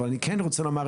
אבל אני כן רוצה לומר,